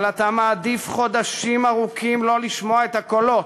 אבל אתה מעדיף חודשים ארוכים לא לשמוע את הקולות,